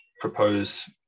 propose